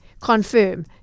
confirm